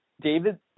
David